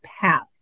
path